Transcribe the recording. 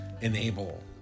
Enable